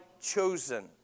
chosen